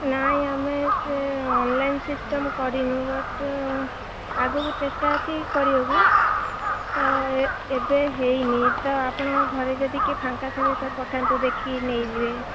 ନାଇ ଆମେ ସେ ଅନଲାଇନ୍ ସିଷ୍ଟମ୍ କରିନୁ ବଟ୍ ଆଗକୁ ଚେଷ୍ଟା ଅଛି କରିବାକୁ ତ ଏବେ ହେଇନି ତ ଆପଣ ଘରେ ଯଦି କିଏ ଫାଙ୍କା ଥିବେ ତ ପଠାନ୍ତୁ ଦେଖିକି ନେଇଯିବେ